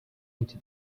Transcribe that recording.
into